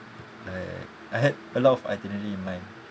like I had a lot of itinerary in mind